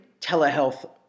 telehealth